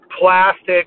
plastic